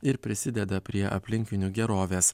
ir prisideda prie aplinkinių gerovės